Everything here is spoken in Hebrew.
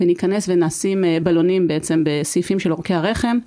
וניכנס ונשים בלונים בעצם בסעיפים של אורכי הרחם.